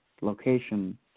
location